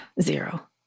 zero